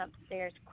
upstairs